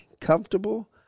comfortable